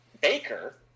Baker